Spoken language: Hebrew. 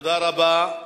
תודה רבה,